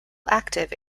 active